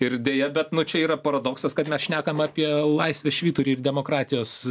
ir deja bet čia yra paradoksas kad mes šnekam apie laisvės švyturį ir demokratijos